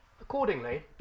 Accordingly